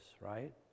right